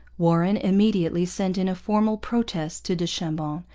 warren immediately sent in a formal protest to du chambon,